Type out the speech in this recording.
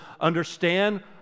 understand